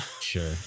Sure